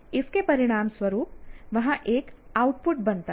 इसके परिणामस्वरूप वहाँ एक आउटपुट बनता है